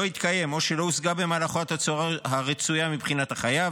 התקיים או שלא הושגה במהלכו התוצאה הרצויה מבחינת החייב,